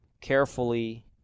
carefully